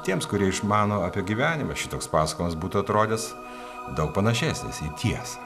tiems kurie išmano apie gyvenimą šitoks pasakojimas būtų atrodęs daug panašesnis į tiesą